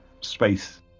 space